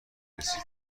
رسید